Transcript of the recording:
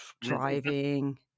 driving